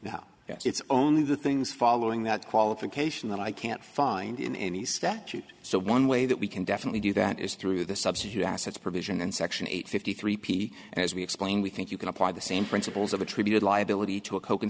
now it's only the things following that qualification that i can't find in any statute so one way that we can definitely do that is through the substitute assets provision in section eight fifty three p as we explained we think you can apply the same principles of attributed liability